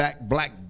black